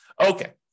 Okay